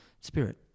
spirit